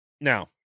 now